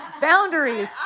Boundaries